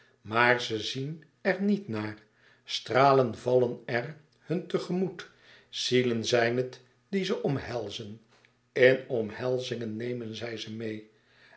maar ze zien er niet naar stralen vallen er hun te gemoet zielen zijn het die ze omhelzen in omhelzingen nemen zij ze meê